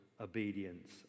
obedience